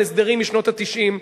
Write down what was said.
על הסדרים משנות ה-90,